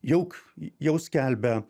jauk jau skelbia